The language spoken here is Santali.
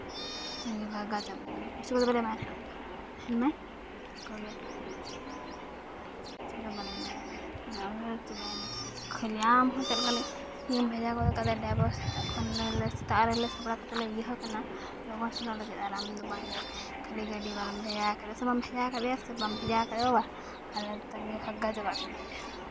ᱵᱷᱟᱜᱟ ᱪᱟᱵᱟᱭᱤᱱᱟᱹᱧ ᱤᱧ ᱫᱚ ᱯᱩᱭᱥᱟᱹ ᱠᱚᱫᱚ ᱵᱟᱵᱚᱱ ᱮᱢᱟᱭᱟ ᱦᱟᱸᱜ ᱩᱱᱤ ᱫᱚ ᱪᱮᱫ ᱦᱚᱸ ᱵᱟᱞᱮ ᱮᱢᱟᱭᱟ ᱠᱷᱟᱹᱞᱤ ᱟᱢ ᱦᱚᱛᱮᱡ ᱛᱮᱜᱮ ᱢᱟᱱᱮ ᱜᱟᱹᱰᱤᱢ ᱵᱷᱮᱡᱟ ᱜᱚᱫ ᱠᱚᱫᱚ ᱠᱟᱫᱟ ᱰᱟᱭᱵᱷᱟᱨ ᱥᱮᱛᱟᱜ ᱠᱷᱚᱱᱞᱮ ᱥᱮᱛᱟᱜ ᱨᱮᱞᱮ ᱥᱟᱯᱲᱟᱣ ᱠᱟᱛᱮᱫ ᱞᱮ ᱤᱭᱟᱹ ᱦᱟᱠᱟᱱᱟ ᱞᱚᱜᱚᱱ ᱥᱮᱱᱚᱜ ᱞᱟᱹᱜᱤᱫ ᱟᱨ ᱟᱢ ᱫᱚ ᱵᱟᱢ ᱟᱹᱜᱭᱟ ᱠᱷᱟᱹᱞᱤ ᱜᱟᱹᱰᱤ ᱵᱟᱢ ᱵᱷᱮᱡᱟ ᱠᱟᱫᱮᱭᱟ ᱥᱮ ᱵᱟᱢ ᱵᱷᱮᱡᱟ ᱠᱟᱫ ᱞᱮᱭᱟ ᱥᱮ ᱵᱟᱢ ᱵᱷᱮᱡᱟ ᱠᱟᱫᱮᱭᱟ ᱵᱟᱝ ᱟᱞᱮ ᱛᱟᱺᱜᱤ ᱵᱷᱟᱜᱟ ᱪᱟᱵᱟᱜ ᱠᱟᱱᱟ ᱞᱮ